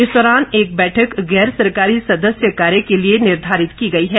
इस दौरान एक बैठक गैरसरकारी सदस्य कार्य के लिए निर्धारित की गई है